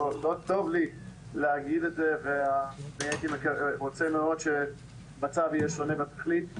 לא טוב לי להגיד את זה והייתי רוצה מאוד שהמצב יהיה שונה בתכלית,